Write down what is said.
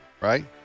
right